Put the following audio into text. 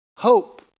Hope